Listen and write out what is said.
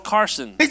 Carson